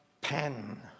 pen